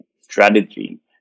strategy